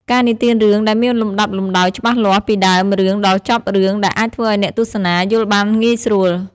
ការនិទានរឿងដែលមានលំដាប់លំដោយច្បាស់លាស់ ពីដើមរឿងដល់ចប់រឿងដែលអាចធ្វើឲ្យអ្នកទស្សនាយល់បានងាយស្រួល។